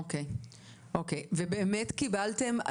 אוקיי ובאמת קיבלתם,